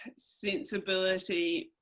sensibility,